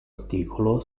articolo